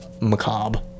macabre